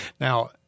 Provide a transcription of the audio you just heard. Now